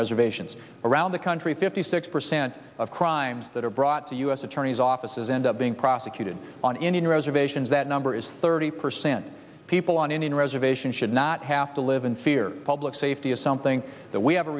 reservations around the country fifty six percent of crimes that are brought the u s attorney's offices end up being prosecuted on indian reservations that number is thirty percent people on indian reservation should not have to live in fear public safety is something that we have a